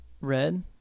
Red